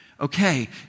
Okay